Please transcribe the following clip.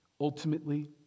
Ultimately